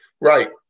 Right